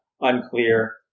unclear